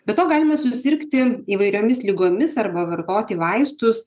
be to galima susirgti įvairiomis ligomis arba vartoti vaistus